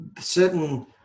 certain